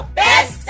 best